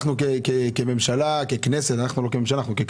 אנחנו כממשלה, ככנסת, וגם